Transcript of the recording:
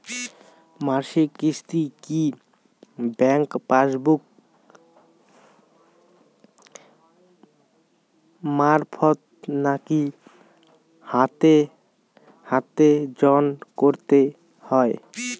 মাসিক কিস্তি কি ব্যাংক পাসবুক মারফত নাকি হাতে হাতেজম করতে হয়?